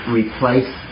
replace